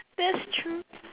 that's true